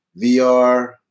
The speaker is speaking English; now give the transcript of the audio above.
vr